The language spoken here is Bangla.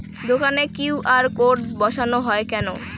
দোকানে কিউ.আর কোড বসানো হয় কেন?